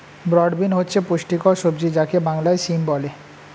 broad bean হচ্ছে পুষ্টিকর সবজি যাকে বাংলায় সিম বলে